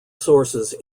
sources